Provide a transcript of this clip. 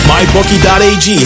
MyBookie.ag